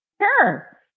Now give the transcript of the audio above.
Sure